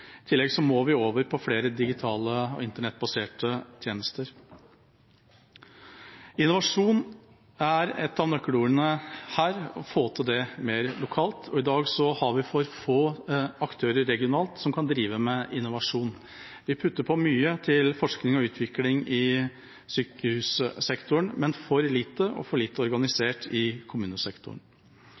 I tillegg må vi over på flere digitale og internettbaserte tjenester. «Innovasjon» er et av nøkkelordene her, å få det til lokalt. I dag har vi for få aktører regionalt som kan drive med innovasjon. Vi putter på mye til forskning og utvikling i sykehussektoren, men det er for lite og for dårlig organisert i kommunesektoren.